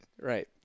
Right